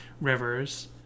rivers